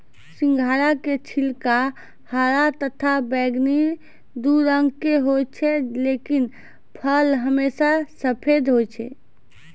सिंघाड़ा के छिलका हरा तथा बैगनी दू रंग के होय छै लेकिन फल हमेशा सफेद होय छै